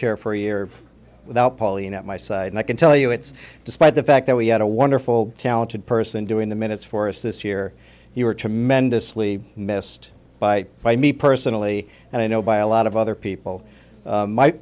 chair for a year without pauline at my side and i can tell you it's despite the fact that we had a wonderful talented person doing the minutes for us this year you were tremendously missed by by me personally and i know by a lot of other people